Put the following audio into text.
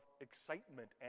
excitement